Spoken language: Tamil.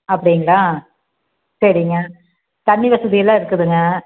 அப்படிங்களா சரிங்க தண்ணீ வசதியெலாம் இருக்குதுங்க